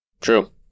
True